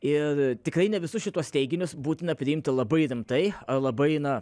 ir tikrai ne visus šituos teiginius būtina priimti labai rimtai ar labai na